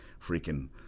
freaking